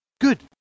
Good